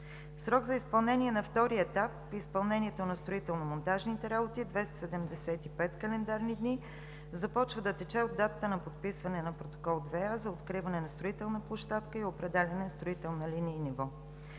Срок за изпълнение на втория етап и изпълнението на строително-монтажните работи – 275 календарни дни. Започва да тече от датата на подписване на Протокол 2а за откриване на строителна площадка и определяне на строителна линия и ниво.